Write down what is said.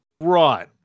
right